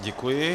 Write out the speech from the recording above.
Děkuji.